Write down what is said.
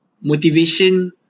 motivation